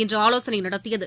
இன்று ஆலோசனை நடத்தியது